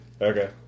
Okay